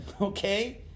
Okay